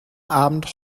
abend